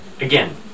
again